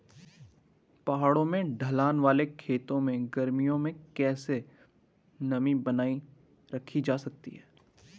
पहाड़ों में ढलान वाले खेतों में गर्मियों में कैसे नमी बनायी रखी जा सकती है?